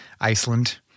Iceland